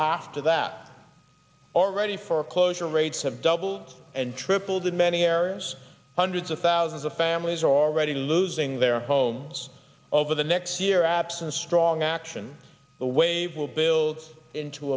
after that already foreclosure rates have doubled and tripled in many errors hundreds of thousands of families are already losing their homes over the next year absent strong action the wave will build into